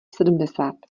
sedmdesát